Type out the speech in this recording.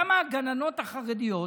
למה הגננות החרדיות,